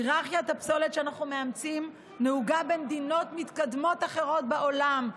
היררכיית הפסולת שאנחנו מאמצים נהוגה במדינות מתקדמות אחרות בעולם.